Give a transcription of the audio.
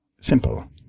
simple